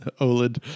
OLED